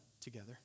together